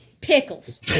Pickles